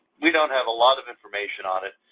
we don't have a lot of information on it.